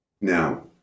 Now